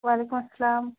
وعلیکم السلام